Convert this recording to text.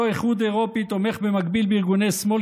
אותו איחוד אירופי תומך במקביל בארגוני שמאל